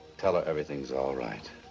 tell her everything's all right.